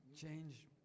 change